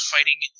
Fighting